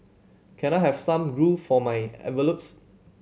can I have some glue for my envelopes